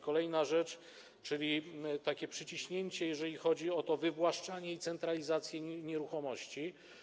Kolejna rzecz to takie przyciśnięcie, jeżeli chodzi o wywłaszczanie i centralizację nieruchomości.